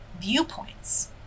viewpoints